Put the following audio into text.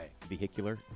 vehicular